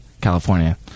California